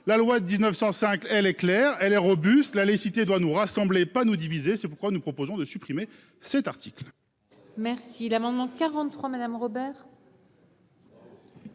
La loi de 1905 est claire et robuste. La laïcité doit nous rassembler, pas nous diviser. C'est pourquoi nous proposons de supprimer cet article. La parole est à Mme Sylvie Robert,